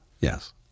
yes